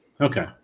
Okay